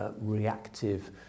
reactive